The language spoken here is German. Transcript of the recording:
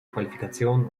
qualifikationen